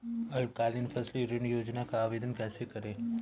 अल्पकालीन फसली ऋण योजना का आवेदन कैसे करें?